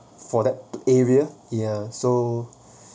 for that area ya so